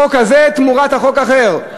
החוק הזה תמורת חוק אחר.